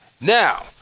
Now